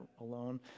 alone